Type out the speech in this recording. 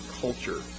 culture